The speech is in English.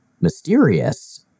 mysterious